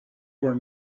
were